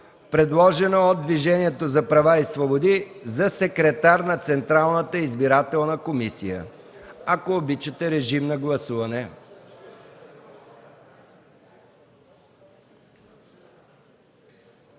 предложена от Движението за права и свободи за секретар на Централната избирателна комисия. Моля, гласувайте.